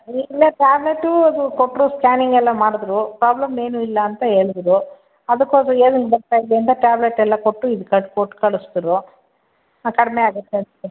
ಈಗಿನ್ನು ಟ್ಯಾಬ್ಲೆಟ್ಟೂ ಅದು ಕೊಟ್ಟರು ಸ್ಕ್ಯಾನಿಂಗ್ ಎಲ್ಲ ಮಾಡಿದ್ರು ಪ್ರಾಬ್ಲಮ್ ಏನೂ ಇಲ್ಲ ಅಂತ ಹೇಳಿದ್ರು ಅದಕ್ಕವರು ಏನಕ್ಕೆ ಬರ್ತಾಯಿದೆ ಅಂತ ಟ್ಯಾಬ್ಲೆಟ್ ಎಲ್ಲ ಕೊಟ್ಟು ಇದು ಕೊಟ್ಟು ಕಳಸ್ದ್ರು ಹಾಂ ಕಡಿಮೆ ಆಗತ್ತೆ ಅಂತ ಹೇಳಿ